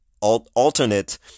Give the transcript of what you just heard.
alternate